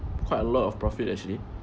quite a lot of profit actually